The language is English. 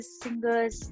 singers